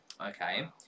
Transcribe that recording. okay